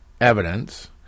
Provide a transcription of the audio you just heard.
evidence